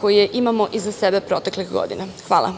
koje imamo iza sebe proteklih godina. Hvala.